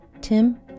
Tim